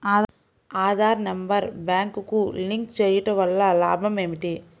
Aadhaar number బ్యాంక్నకు link చేయుటవల్ల లాభం ఏమిటి?